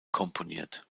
komponiert